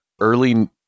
early